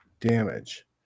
damage